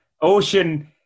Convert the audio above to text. Ocean